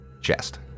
Chest